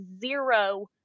zero